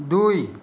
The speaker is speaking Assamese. দুই